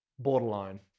borderline